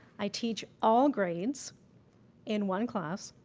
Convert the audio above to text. i teach all grades in one class,